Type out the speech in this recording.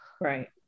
right